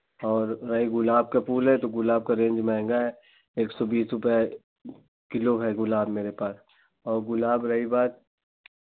और रही गुलाब का फूल है तो गुलाब का रेंज महँगा है एक सौ बीस रुपये किलो है गुलाब मेरे पास और गुलाब रही बात